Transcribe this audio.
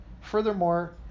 Furthermore